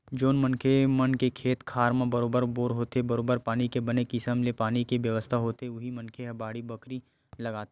जउन मनखे मन के खेत खार म बरोबर बोर होथे बरोबर पानी के बने किसम ले पानी के बेवस्था होथे उही मनखे ह बाड़ी बखरी लगाथे